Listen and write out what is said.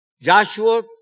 Joshua